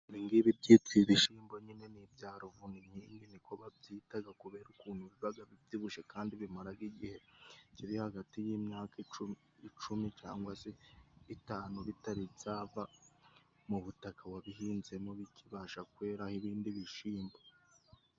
Ibi ngibi byitwa ibishyimbo nyine. Ni bya Ruvuninkingi ni ko babyita kubera ukuntu bibyibushye. Kandi bimara igihe kiri hagati y'imyaka itanu n'icumi bitari byava mu butaka wabihinzemo, bikibasha kweraho ibindi bishyimbo.